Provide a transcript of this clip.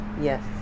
Yes